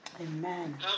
Amen